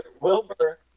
Wilbur